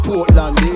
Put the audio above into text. Portland